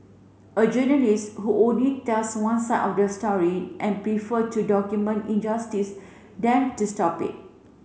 a journalist who only tells one side of the story and prefer to document injustice than to stop it